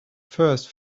first